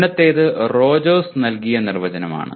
മുന്നതേത് Rogers നൽകിയ നിർവചനം ആണ്